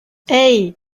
hey